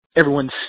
everyone's